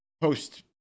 post